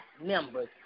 members